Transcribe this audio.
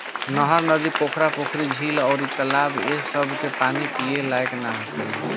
नहर, नदी, पोखरा, पोखरी, झील अउर तालाब ए सभ के पानी पिए लायक ना होखेला